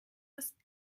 ist